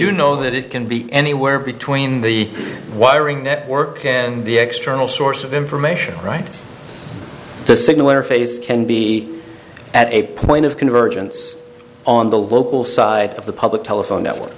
you know that it can be anywhere between the wiring network can be external source of information right the signal interface can be at a point of convergence on the local side of the public telephone network